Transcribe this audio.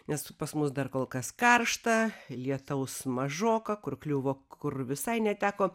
nes pas mus dar kol kas karšta lietaus mažoka kur kliuvo kur visai neteko